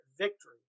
victory